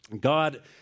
God